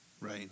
Right